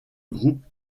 groupe